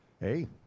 Hey